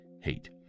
hate